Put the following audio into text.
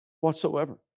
whatsoever